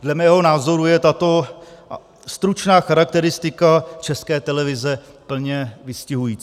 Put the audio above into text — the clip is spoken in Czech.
Dle mého názoru je tato stručná charakteristika České televize plně vystihující.